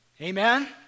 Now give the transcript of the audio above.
Amen